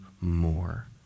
more